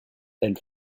elle